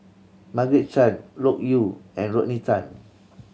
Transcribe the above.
Margaret Chan Loke Yew and Rodney Tan